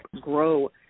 grow